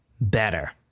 better